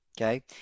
okay